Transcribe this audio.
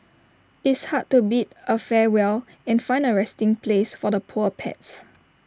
it's hard to bid A farewell and find A resting place for the poor pets